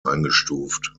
eingestuft